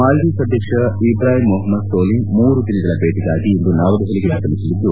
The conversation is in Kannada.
ಮಾಲ್ಡೀವ್ಸ್ ಅಧ್ಯಕ್ಷ ಇಬ್ರಾಹಿಂ ಮೊಹಮ್ಮದ್ ಸೋಲಿಹ್ ಮೂರು ದಿನಗಳ ಭೇಟಗಾಗಿ ಇಂದು ನವದೆಹಲಿಗೆ ಆಗಮಿಸಿದ್ದು